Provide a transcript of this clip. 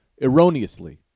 erroneously